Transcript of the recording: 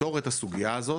לפתור את הסוגייה הזאת,